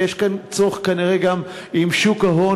ויש כאן צורך כנראה גם עם שוק ההון,